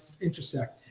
intersect